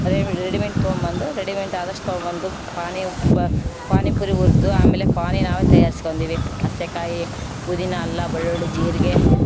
ರೆಡಿಮೆ readymade ತೊಗೊಂಬಂದು readymade ಆದಷ್ಟು ತೊಗೊಂಬಂದು ಪಾನಿ ಉಪ್ಪು ಪಾನಿಪುರಿ ಹುರ್ದು ಆಮೇಲೆ ಪಾನಿ ನಾವೇ ತಯಾರಿಸ್ಕೊಂಡೆವು ಹಸ್ಸೇಕಾಯಿ ಪುದಿನ ಅಲ್ಲ ಬೆಳ್ಳುಳ್ಳಿ ಜೀರಿಗೆ